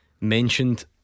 mentioned